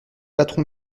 patron